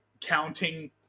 counting